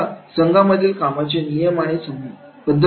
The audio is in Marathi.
आता संघामधील कामाचे नियम आणि पद्धती